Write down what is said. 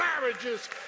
marriages